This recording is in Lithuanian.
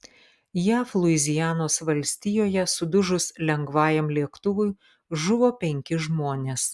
jav luizianos valstijoje sudužus lengvajam lėktuvui žuvo penki žmonės